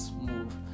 move